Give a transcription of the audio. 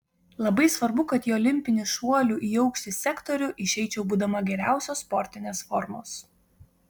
labai svarbu kad į olimpinį šuolių į aukštį sektorių išeičiau būdama geriausios sportinės formos